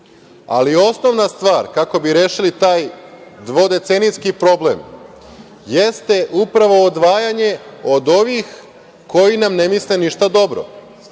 najteže. Osnovna stvar kako bi rešili taj dvodecenijski problem, jeste upravo odvajanje od ovih koji nam ne misle ništa dobro,